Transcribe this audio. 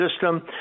system